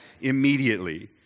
immediately